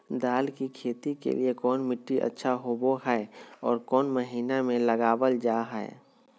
दाल की खेती के लिए कौन मिट्टी अच्छा होबो हाय और कौन महीना में लगाबल जा हाय?